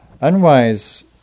Unwise